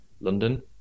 London